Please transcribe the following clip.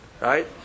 Right